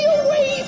away